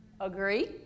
Agree